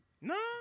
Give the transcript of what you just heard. No